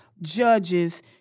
judges